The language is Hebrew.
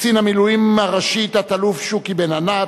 קצין המילואים הראשי תת-אלוף שוקי בן-ענת,